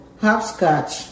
hopscotch